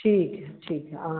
ठीक है ठीक है आ